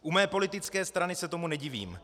U mé politické strany se tomu nedivím.